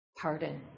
pardon